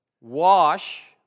wash